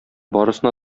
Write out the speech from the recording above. барысына